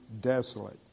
desolate